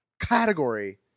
category